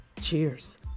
Cheers